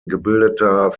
gebildeter